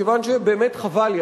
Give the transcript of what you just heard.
כיוון שבאמת חבל לי,